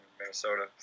Minnesota